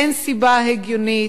אין סיבה הגיונית.